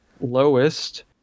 Lowest